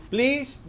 Please